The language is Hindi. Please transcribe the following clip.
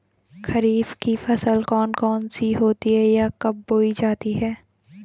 खरीफ की फसल कौन कौन सी होती हैं यह कब बोई जाती हैं?